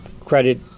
credit